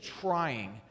trying